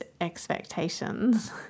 expectations